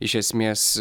iš esmės